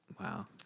Wow